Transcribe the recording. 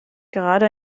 gerade